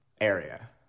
area